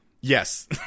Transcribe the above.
Yes